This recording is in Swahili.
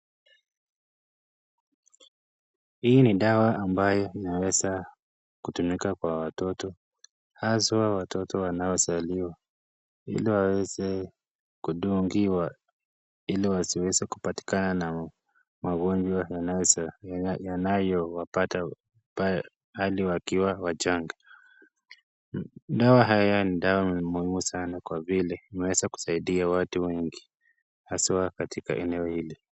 Hii ni dawa ambayo inaweza kutimika kwa watoto, haswa watoto wanaozaliwa ili waweze kudungiwa ili wasiweze kupatikana na magonjwa yanayo wapata hali wakiwa wachanga. Dawa haya ni muhimu sana kwa vile inaweza kusaidia watu wengi haswa katika eneo hili.